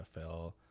NFL